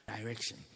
Direction